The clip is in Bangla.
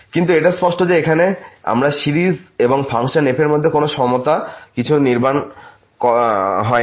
কিন্তু এটা স্পষ্ট যে এখানে আমরা সিরিজ এবং ফাংশন f এর মধ্যে কোনো সমতা কিছু নির্বাণ করবো না